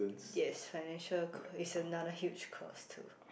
yes financial is another huge cost too